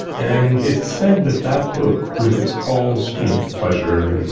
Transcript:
and it's said that that book, with its calls you know to pleasure,